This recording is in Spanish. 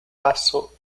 paso